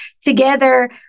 together